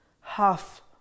half